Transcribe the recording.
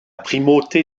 primauté